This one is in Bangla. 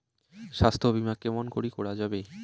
স্বাস্থ্য বিমা কেমন করি করা যাবে?